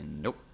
nope